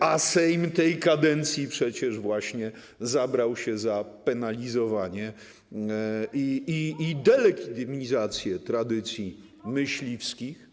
A Sejm tej kadencji przecież właśnie zabrał się za penalizowanie i delegitymizację tradycji myśliwskich.